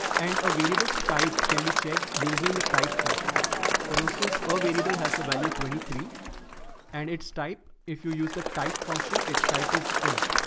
and available stipe can be checked using the type function for instance, or variable has the value twenty three and its type. if you use the type function its type is in,